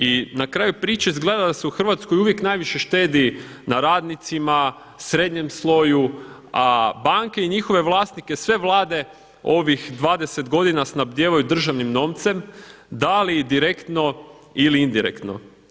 I na kraju priče izgleda da se u Hrvatskoj uvijek najviše štedi na radnicima, srednjem sloju, a banke i njihove vlasnike sve vlade ovih 20 godina snabdijevaju državnim novcem da li direktno ili indirektno.